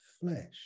flesh